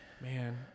man